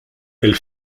elle